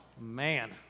Man